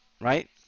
Right